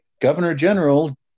Governor-General